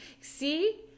See